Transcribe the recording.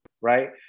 right